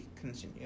continue